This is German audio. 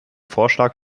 vorschlag